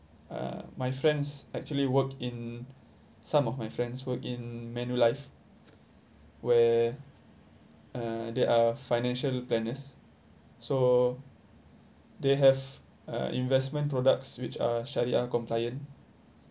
uh my friends actually work in some of my friends work in Manulife where uh they are financial planners so they have uh investment products which are shariah-compliant